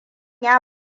ya